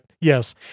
yes